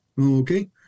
Okay